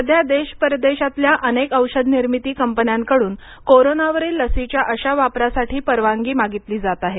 सध्या देश परदेशातल्या अनेक औषधनिर्मिती कंपन्यांकडून कोरोनावरील लसीच्या अशा वापरासाठी परवानगी मागितली जात आहे